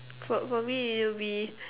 for for me it will be